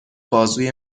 بازوی